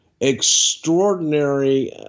Extraordinary